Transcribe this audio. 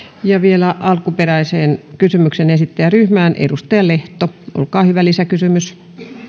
vielä alkuperäisen kysymyksen esittäjän ryhmään edustaja lehto olkaa hyvä lisäkysymys